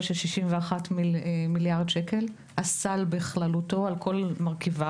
של 61 מיליארד עלות הסל בכללותו על כל מרכיביו,